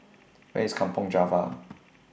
Where IS Kampong Java